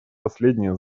последнее